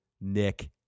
Nick